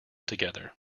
together